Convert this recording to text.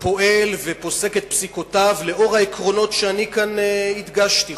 פועל ופוסק את פסיקותיו לאור העקרונות שאני כאן הדגשתי,